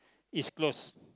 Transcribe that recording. is closed